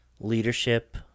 leadership